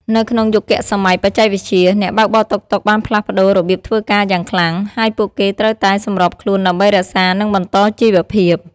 នៅក្នុងយុគសម័យបច្ចេកវិទ្យា អ្នកបើកបរតុកតុកបានផ្លាស់ប្ដូររបៀបធ្វើការយ៉ាងខ្លាំង ហើយពួកគេត្រូវតែសម្របខ្លួនដើម្បីរក្សានិងបន្តជីវភាព។